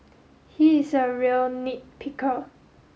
he is a real nit picker